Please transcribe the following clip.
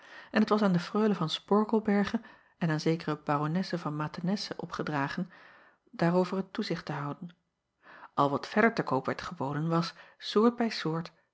en het was aan de reule van porkelberghe en aan zekere aronnesse van athenesse opgedragen daarover het toezicht te houden l wat verder te koop werd geboden was soort bij soort